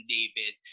David